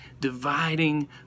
dividing